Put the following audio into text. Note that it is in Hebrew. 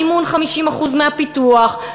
מימון 50% מהפיתוח,